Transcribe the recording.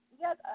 Yes